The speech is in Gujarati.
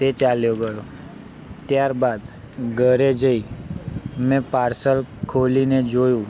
તે ચાલ્યો ગયો ત્યારબાદ ઘરે જઈ મેં પાર્સલ ખોલીને જોયું